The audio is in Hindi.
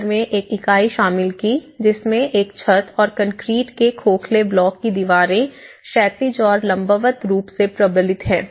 फिर घर में एक इकाई शामिल की जिसमें एक छत और कंक्रीट के खोखले ब्लॉक की दीवारें क्षैतिज और लंबवत रूप से प्रबलित हैं